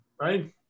right